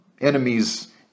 enemies